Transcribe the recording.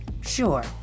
sure